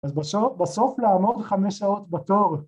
‫אז בסוף לעמוד חמש שעות בתור.